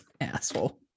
asshole